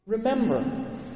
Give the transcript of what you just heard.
Remember